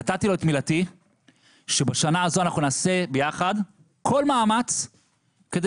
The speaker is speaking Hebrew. נתתי לו את מילתי שבשנה הזו אנחנו נעשה ביחד כל מאמץ כדי